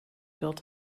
built